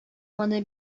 моны